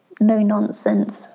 no-nonsense